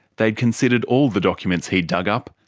they'd considered all the documents he'd dug up,